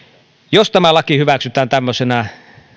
jos tämä laki hyväksytään tämmöisenä